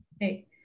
hey